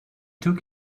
took